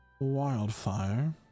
wildfire